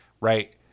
right